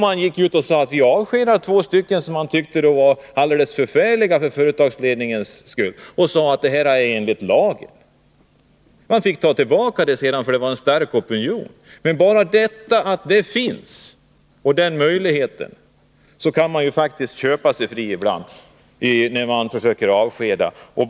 Man gick ut och avskedade två personer, som företagsledningen tyckte var alldeles förfärliga, och sade att det här är enligt lagen. Man fick ta tillbaka avskedet därför att det fanns en stark opinion mot det. Men bara att möjligheten finns gör att man faktiskt kan köpa sig fri ibland, när man försöker avskeda någon.